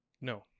No